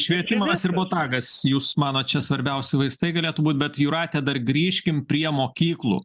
švietimas ir botagas jūs manot čia svarbiausi vaistai galėtų būt bet jūrate dar grįžkim prie mokyklų